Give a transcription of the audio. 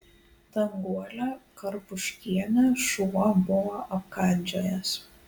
danguolę karpuškienę šuo buvo apkandžiojęs